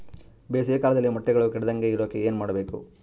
ಬೇಸಿಗೆ ಕಾಲದಲ್ಲಿ ಮೊಟ್ಟೆಗಳು ಕೆಡದಂಗೆ ಇರೋಕೆ ಏನು ಮಾಡಬೇಕು?